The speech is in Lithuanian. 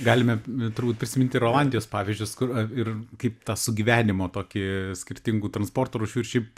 galime turbūt prisiminti ir olandijos pavyzdžius kur ir kaip tą sugyvenimo tokį skirtingų transporto rūšių ir šiaip